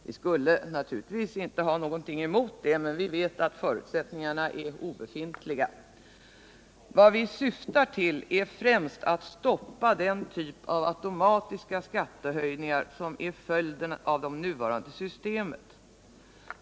Vi skulle naturligtvis inte ha någonting emot det, men vi vet att förutsättningarna är obefintliga. Vad vi syftar till är främst att stoppa den typ av automatiska skattehöjningar som är följden av det nuvarande systemet.